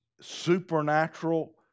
supernatural